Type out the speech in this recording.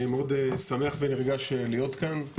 אני מאוד שמח ונרגש להיות כאן.